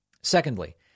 Secondly